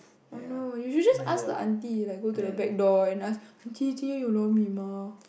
oh no you should just ask the auntie like go to the back door and ask auntie 今天有: jin tian you lor-mee mah